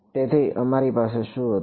તેથી અમારી પાસે શું હતું